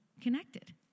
connected